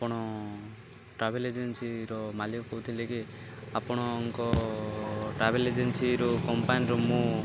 ଆପଣ ଟ୍ରାଭେଲ ଏଜେନ୍ସିର ମାଲିକ କହୁଥିଲେ କି ଆପଣଙ୍କ ଟ୍ରାଭେଲ ଏଜେନ୍ସିରୁ କମ୍ପାନୀରୁ ମୁଁ